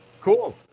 Cool